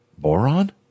Boron